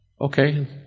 okay